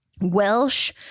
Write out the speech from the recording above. Welsh